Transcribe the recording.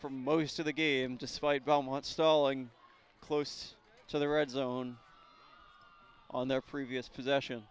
for most of the game despite belmont stalling close to the red zone on their previous possession